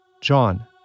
John